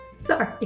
sorry